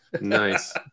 Nice